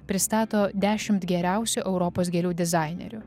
pristato dešimt geriausių europos gėlių dizainerių